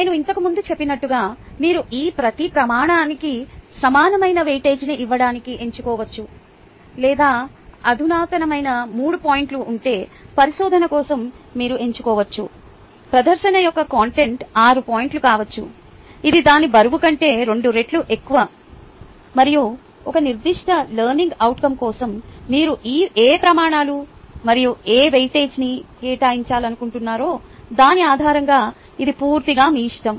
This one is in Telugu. నేను ఇంతకుముందు చెప్పినట్టుగా మీరు ఈ ప్రతి ప్రమాణానికి సమానమైన వెయిటేజీని ఇవ్వడానికి ఎంచుకోవచ్చు లేదా అధునాతనమైన మూడు పాయింట్లు ఉంటే పరిశోధన కోసం మీరు ఎంచుకోవచ్చు ప్రదర్శన యొక్క కంటెంట్ ఆరు పాయింట్లు కావచ్చు ఇది దాని బరువు కంటే రెండు రెట్లు ఎక్కువ మరియు ఒక నిర్దిష్ట లెర్నింగ్ అవుట్కం కోసం మీరు ఏ ప్రమాణాలు మరియు ఏ వెయిటేజీని కేటాయించాలనుకుంటున్నారో దాని ఆధారంగా ఇది పూర్తిగా మీ ఇష్టం